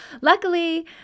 Luckily